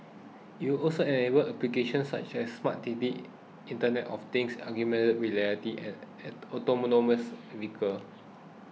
it will also enable applications such as smart cities Internet of Things augmented reality and autonomous vehicle